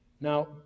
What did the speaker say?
Now